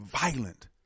violent